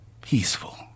peaceful